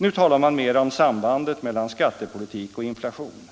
Nu talar man mera om sambandet mellan skattepolitik och inflation.